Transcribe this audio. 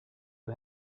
you